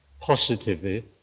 positively